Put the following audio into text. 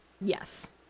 Yes